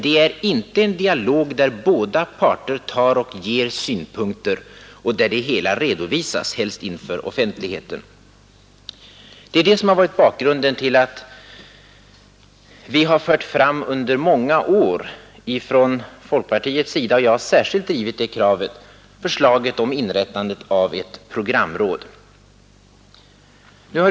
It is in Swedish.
Det är inte en dialog där båda parter tar och ger synpunkter och där det hela redovisas, helst inför offentligheten. Det är detta som varit bakgrunden till att folkpartiet under många år — jag har särskilt drivit det kravet — fört fram förslag om inrättande av ett programråd.